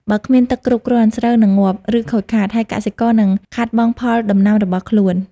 បើគ្មានទឹកគ្រប់គ្រាន់ ស្រូវនឹងងាប់ ឬខូចខាត ហើយកសិករនឹងខាតបង់ផលដំណាំរបស់ខ្លួន។